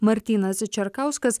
martynas čerkauskas